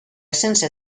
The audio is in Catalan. sense